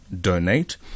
donate